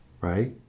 Right